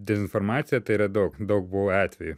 dezinformacija tai yra daug daug buvo atvejų